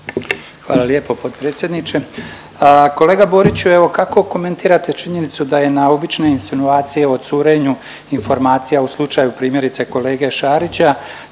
Hvala lijepo potpredsjedniče. Kolega Boriću evo kako komentirate činjenicu da je na obične insinuacije o curenju informacija u slučaju primjerice kolege Šarića